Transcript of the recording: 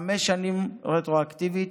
חמש שנים רטרואקטיבית,